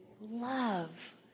love